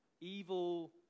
evil